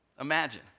Imagine